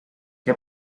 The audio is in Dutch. heb